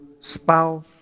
spouse